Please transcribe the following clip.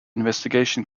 investigation